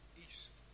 east